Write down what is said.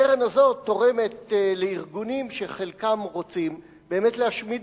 הקרן הזאת תורמת לארגונים שחלקם רוצים להשמיד